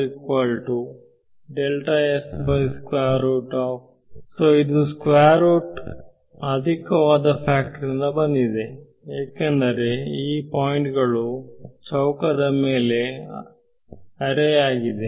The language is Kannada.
ಇದು ಅಧಿಕವಾದ ಫ್ಯಾಕ್ಟರ್ ಬಂದಿದೆ ಏಕೆಂದರೆ ಈ ಪಾಯಿಂಟ್ ಗಳು ಚೌಕದ ಮೇಲೆ ಅರೇ ಆಗಿದೆ